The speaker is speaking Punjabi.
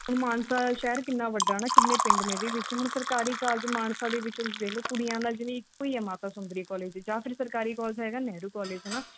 ਮਾਨਸਾ ਸ਼ਹਿਰ ਕਿੰਨਾ ਵੱਡਾ ਹੈ ਨਾ ਕਿੰਨੇ ਪਿੰਡ ਨੇ ਇਹਦੇ ਵਿੱਚ ਹੁਣ ਸਰਕਾਰੀ ਕਾਲਜ ਮਾਨਸਾ ਦੇ ਵਿੱਚ ਤੁਸੀਂ ਦੇਖ ਲਉ ਕੁੜੀਆਂ ਦਾ ਜਿਵੇਂ ਇੱਕੋ ਹੀ ਹੈ ਮਾਤਾ ਸੁੰਦਰੀ ਕੋਲੇਜ ਜਾਂ ਫਿਰ ਸਰਕਾਰੀ ਕੋਲਜ ਹੈਗਾ ਨਹਿਰੂ ਕੋਲੇਜ ਹੈ ਨਾ